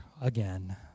again